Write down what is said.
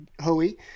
Hoey